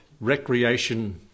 recreation